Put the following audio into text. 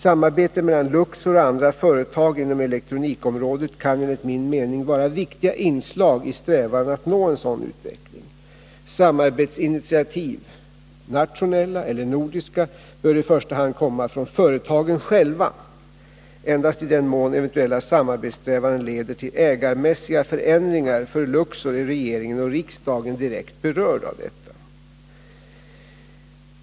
Samarbete mellan Luxor och andra företag inom elektronikområdet kan enligt min mening vara viktiga inslag i strävan att nå en sådan utveckling. Samarbetsinitiativ, nationella eller nordiska, bör i första hand komma från företagen själva. Endast i den mån eventuella samarbetssträvanden leder till ägarmässiga förändringar för Luxor är regering och riksdag direkt berörda av detta.